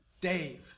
Dave